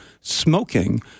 smoking